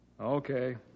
Okay